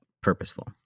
purposeful